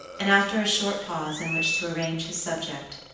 and after a short pause in which to arrange his subject,